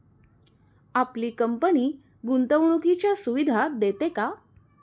आपली कंपनी गुंतवणुकीच्या सुविधा देते का?